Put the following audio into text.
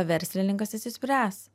verslininkas išsispręs